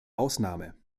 ausnahme